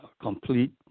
complete